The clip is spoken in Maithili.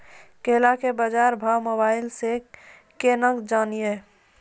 केला के बाजार भाव मोबाइल से के ना जान ब?